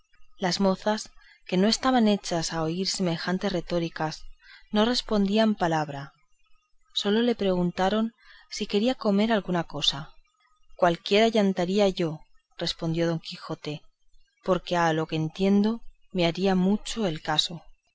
las mozas que no estaban hechas a oír semejantes retóricas no respondían palabra sólo le preguntaron si quería comer alguna cosa cualquiera yantaría yo respondió don quijote porque a lo que entiendo me haría mucho al caso